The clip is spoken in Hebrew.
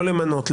לא למנות,